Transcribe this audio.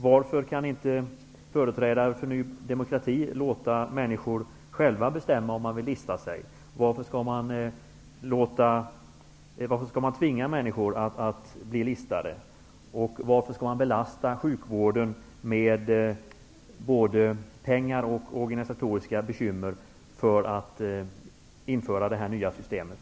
Varför kan inte företrädare för Ny demokrati låta människor själva bestämma om de vill lista sig? Varför skall man tvinga människor att bli listade? Varför skall man belasta sjukvården med bekymmer både för pengar och organisation genom att införa det här nya systemet?